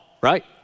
right